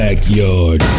Backyard